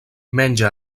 menja